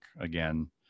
again